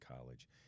college